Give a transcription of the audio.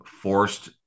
forced